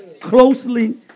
Closely